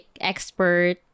expert